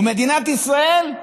ומדינת ישראל,